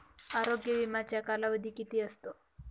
आरोग्य विम्याचा कालावधी किती असतो?